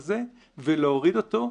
כמו שאמרת אדוני היושב-ראש,